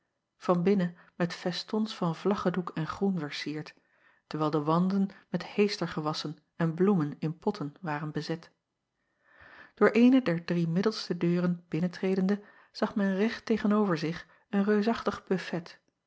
binnen met festons van vlaggedoek en groen vercierd terwijl de wanden met heestergewassen en bloemen in potten waren bezet oor eene der drie middelste deuren binnentredende zag men recht tegen-over zich een reusachtig